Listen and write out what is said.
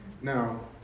Now